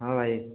ହଁ ଭାଇ